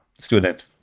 student